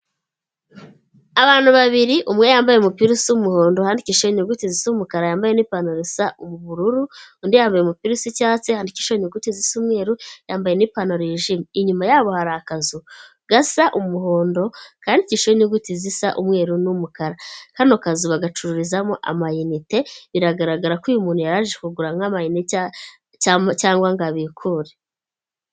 Abantu babiri umwe yambaye umupira usa umuhondo handikishijeho inyuguti zisa umukara yambaye ni pantaro isa ubururu ,undi yambaye umupira usa icyatsi yandikisha inyuguti zisa umweru, yambaye n'ipantaro yijimye, inyuma yabo hari akazu gasa umuhondo, kandikishijeho inyuguti zisa umweru n'umukara, kano kazu bagacururizamo ama inite biragaragara ko uyu muntu yaraje kugura nk'amainite cyangwa ngo abikure.